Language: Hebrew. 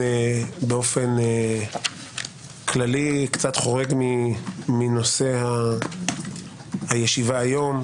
באופן כללי, קצת חורג מנושא הישיבה היום,